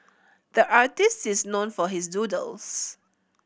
the artist is known for his doodles